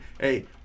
Hey